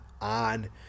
on